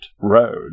Road